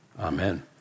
Amen